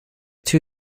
two